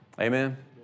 Amen